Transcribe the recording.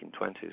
1920s